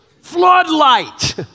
floodlight